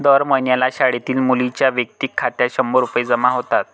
दर महिन्याला शाळेतील मुलींच्या वैयक्तिक खात्यात शंभर रुपये जमा होतात